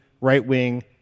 right-wing